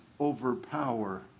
overpower